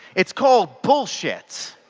it is called bullshit.